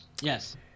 yes